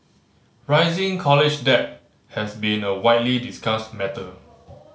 rising college debt has been a widely discussed matter